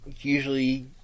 usually